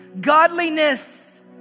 Godliness